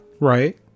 Right